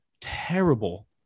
terrible